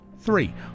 Three